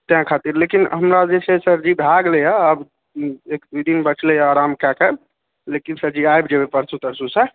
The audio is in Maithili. तैं खातिर लेकिन हमरा जे सर जी भए गेलै हँ आब एक दू दिन बचलै हँ आराम कए कऽ लेकिन सर जी आबि जेबै परसू तरसूसँ